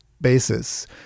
basis